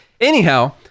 Anyhow